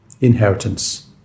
inheritance